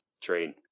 train